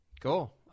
Cool